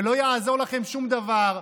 ולא יעזור לכם שום דבר,